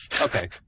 Okay